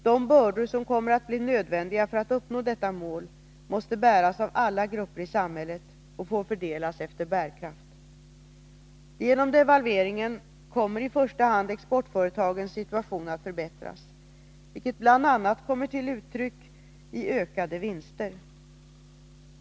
De bördor som kommer att bli nödvändiga för att uppnå detta mål måste bäras av alla grupper i samhället och får fördelas efter bärkraft. Genom devalveringen kommer i första hand exportföretagens situation att förbättras, vilket bl.a. kommer till uttryck i ökade vinster.